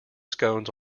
scones